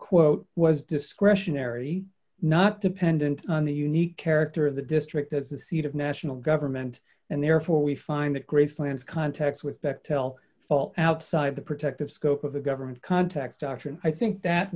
quote was discretionary not dependent on the unique character of the district of the seat of national government and therefore we find that great plans contacts with bechtel fall outside the protective scope of the government contacts doctrine i think that